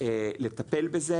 לטפל בזה.